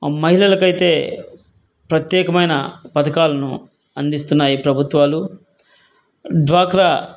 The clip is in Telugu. మహిళలకైతే ప్రత్యేకమైన పథకాలను అందిస్తున్నాయి ఈ ప్రభుత్వాలు డ్వాక్రా